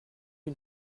une